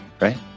right